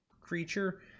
creature